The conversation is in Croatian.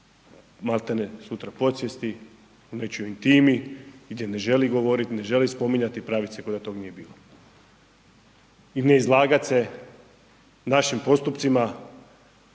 malte sutra podsvijesti u nečijoj intimi jer ne želi govoriti, ne želi spominjati i praviti se ko da toga nije bilo i ne izlagati se našim postupcima